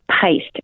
paste